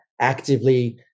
actively